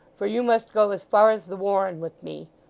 for you must go as far as the warren with me.